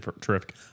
terrific